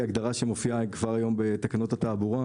היא הגדרה שמופיעה כבר היום בתקנות התעבורה.